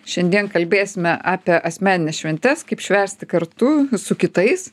šiandien kalbėsime apie asmenines šventes kaip švęsti kartu su kitais